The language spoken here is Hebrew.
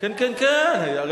כן, כן, כן.